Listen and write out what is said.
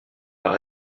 par